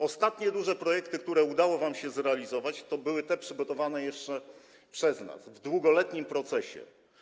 Ostatnie duże projekty, które udało się wam zrealizować, to były te przygotowane jeszcze przez nas, w długoletnim procesie.